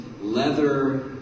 leather